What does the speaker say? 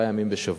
שבעה ימים בשבוע,